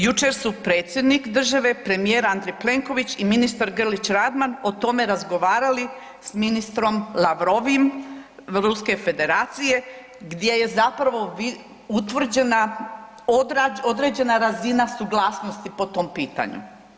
Jučer su predsjednik države, premijer Andrej Plenković i ministar Grlić Radman o tome razgovarali s ministrom Lavrovim Ruske Federacije gdje je zapravo utvrđena određena razina suglasnosti po tom pitanju.